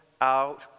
out